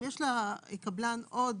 אם יש לקבלן עוד